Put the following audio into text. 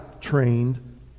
trained